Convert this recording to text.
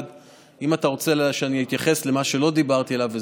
1. אם אתה רוצה שאני אתייחס למה שלא דיברתי עליו,